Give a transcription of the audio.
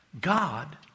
God